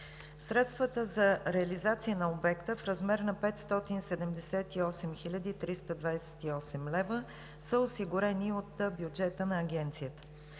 Средствата за реализация на обекта в размер на 578 хил. 328 лв. са осигурени от бюджета на Агенцията.